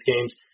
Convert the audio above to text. games